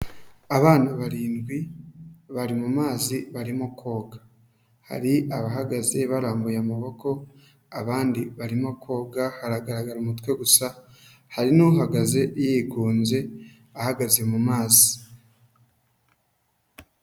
Abana barindwi bari mazi barimo koga, hari abahagaze barambuye amaboko, abandi barimo koga haragaragara umutwe gusa, hari n'uhagaze yigunze ahagaze mu mazi.